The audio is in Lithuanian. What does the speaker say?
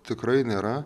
tikrai nėra